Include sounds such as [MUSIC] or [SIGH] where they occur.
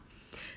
[BREATH]